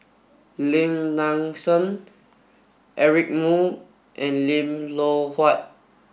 Lim Nang Seng Eric Moo and Lim Loh Huat